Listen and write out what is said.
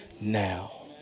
now